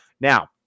Now